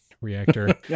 reactor